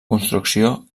construcció